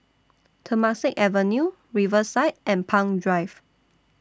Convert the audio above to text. Temasek Avenue Riverside and Palm Drive